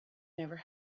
never